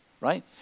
right